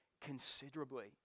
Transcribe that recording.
considerably